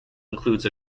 includes